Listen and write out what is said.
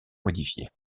modifiée